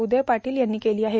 उदय पाटील यांनी केली आहे